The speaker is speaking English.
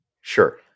Sure